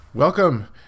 Welcome